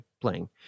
playing